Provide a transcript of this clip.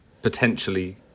potentially